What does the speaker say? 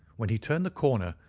when he turned the corner,